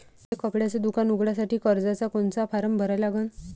मले कपड्याच दुकान उघडासाठी कर्जाचा कोनचा फारम भरा लागन?